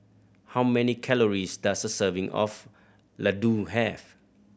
how many calories does a serving of Ladoo have